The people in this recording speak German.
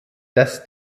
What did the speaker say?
dass